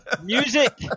Music